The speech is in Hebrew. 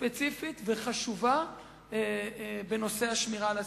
ספציפית וחשובה בנושא השמירה על הסביבה,